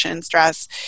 stress